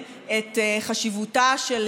העובדה שבראש הממשלה עומד נאשם בשוחד,